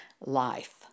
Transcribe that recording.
life